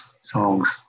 songs